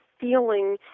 feeling